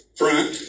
front